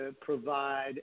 provide